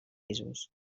pisos